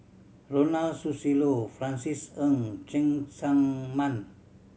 Ronald Susilo Francis Ng Cheng Tsang Man